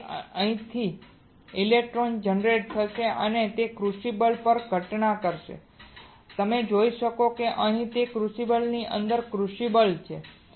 તેથી અહીંથી electron generate થશે અને તે ક્રુસિબલ પર ઘટના બનશે તમે જોશો કે અહીં અને ક્રુસિબલની અંદર ક્રુસિબલ છે